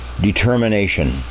determination